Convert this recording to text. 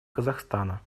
казахстана